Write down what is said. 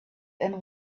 and